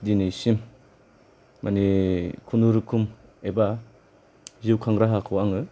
दिनैसिम मानि खुनुरुखुम एबा जिउखां राहाखौ आङो